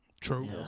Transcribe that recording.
True